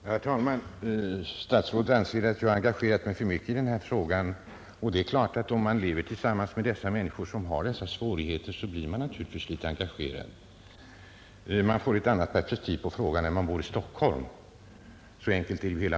Herr talman! Statsrådet anser att jag har engagerat mig för mycket i byggnadsmålarnas problem. Ja, om man lever tillsammans med människor som har dessa svårigheter, blir man naturligtvis engagerad och får ett annat perspektiv på det hela än om man bor i Stockholm. Så enkelt är det.